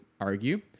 argue